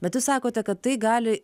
bet jūs sakote kad tai gali